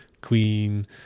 Queen